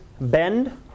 bend